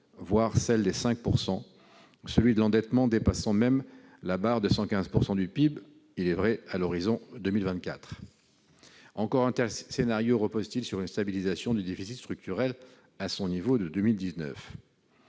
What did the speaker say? voire celle des 5 %, celui de l'endettement dépassant même la barre des 115 % du PIB à l'horizon de 2024. Et encore un tel scénario repose sur une stabilisation du déficit structurel à son niveau de 2019